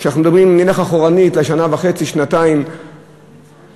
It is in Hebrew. אם נלך אחורנית, בשנה וחצי, שנתיים האחרונות,